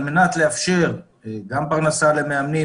על מנת לאפשר גם פרנסה למאמנים,